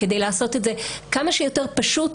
כדי לעשות את זה כמה שיותר פשוט,